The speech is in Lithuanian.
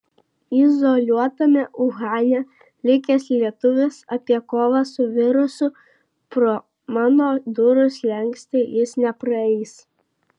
izoliuotame uhane likęs lietuvis apie kovą su virusu pro mano durų slenkstį jis nepraeis